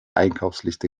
einkaufsliste